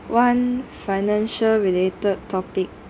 one financial related topic